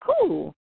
cool